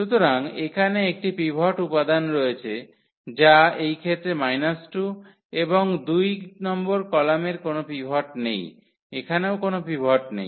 সুতরাং এখানে একটি পিভট উপাদান রয়েছে যা এইক্ষেত্রে 2 এবং দুই নম্বর কলামের কোন পিভট নেই এখানেও কোন পিভট নেই